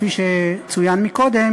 כפי שצוין קודם,